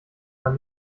man